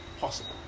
possible